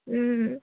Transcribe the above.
ও